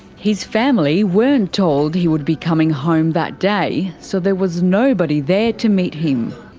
his family weren't told he would be coming home that day, so there was nobody there to meet him.